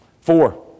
Four